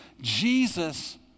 Jesus